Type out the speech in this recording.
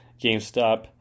GameStop